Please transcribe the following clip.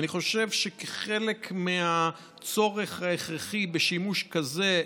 ואני חושב שכחלק מהצורך ההכרחי בשימוש כזה,